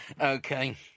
Okay